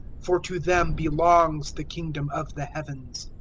for to them belongs the kingdom of the heavens.